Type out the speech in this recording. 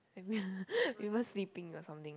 we were sleeping or something